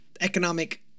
economic